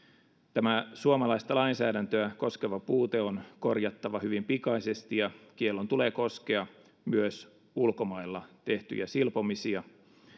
tämä suomalaista lainsäädäntöä koskeva puute on korjattava hyvin pikaisesti ja kiellon tulee koskea myös ulkomailla tehtyjä silpomisia